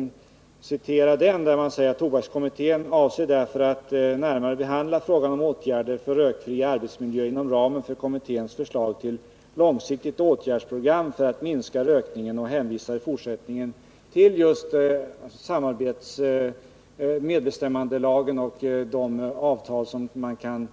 I utredningen sägs: ”Tobakskommittén avser därför att närmare behandla frågan om åtgärder för rökfri arbetsmiljö inom ramen för kommitténs förslag till långsiktigt åtgärdsprogram för att minska rökningen.” Kommittén hänvisar i fortsättningen till just medbestämmandelagen och de avtal man kan